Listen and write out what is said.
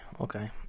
Okay